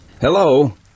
Hello